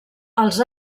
els